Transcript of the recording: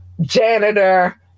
janitor